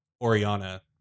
Oriana